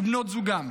ובנות זוגם.